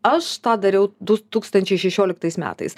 aš tą dariau du tūkstančiai šešioliktais metais